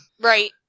Right